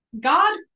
God